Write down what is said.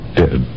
dead